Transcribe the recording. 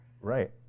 right